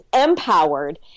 empowered